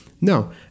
No